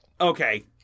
Okay